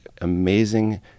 amazing